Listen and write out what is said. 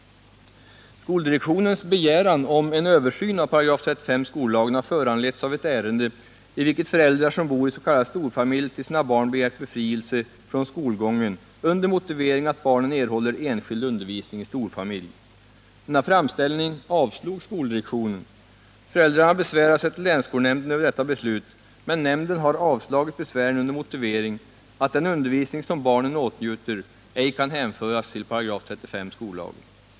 Skoldirektionens begäran om en översyn av 35 § skollagen har föranletts av ett ärende i vilket föräldrar som bor i s.k. storfamilj för sina barn begärt befrielse från skolgången under motivering att barnen erhåller enskild undervisning i storfamilj. Denna framställning avslog skoldirektionen. Föräldrarna besvärade sig till länsskolnämnden över detta beslut, men nämnden har avslagit besvären under motivering att den undervisning som barnen åtnjuter ej kan hänföras till 35 § skollagen.